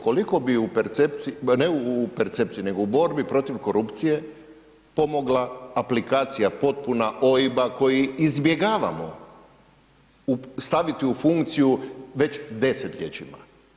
Koliko bi u percepciji, ne u percepciji nego u borbi protiv korupcije pomogla aplikacija potpuna OIB-a koji izbjegavamo staviti u funkciju već desetljećima.